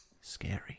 scary